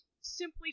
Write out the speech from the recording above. simply